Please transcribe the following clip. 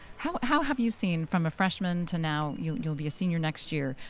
how how have you seen from a freshman to now, you'll you'll be a senior next year,